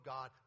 God